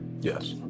Yes